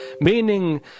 meaning